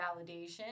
validation